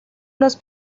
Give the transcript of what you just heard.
los